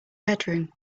bedroom